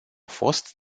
fost